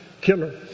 killer